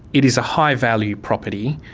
it is a high-value property.